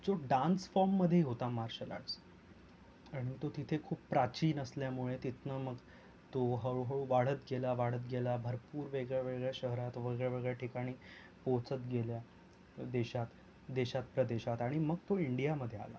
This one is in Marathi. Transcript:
जो डान्स फॉर्ममधे होता मार्शल आर्ट्स आणि तो तिथे खूप प्राचीन असल्यामुळे तिथनं मग तो हळूहळू वाढत गेला वाढत गेला भरपूर वेगळ्यावेगळ्या शहरात वेगळ्यावेगळ्या ठिकाणी पोहचत गेल्या देशात देशात प्रदेशात आणि मग तो इंडियामधे आला